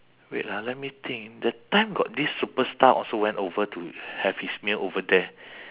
wait ah let me think that time got this superstar also went over to have his meal over there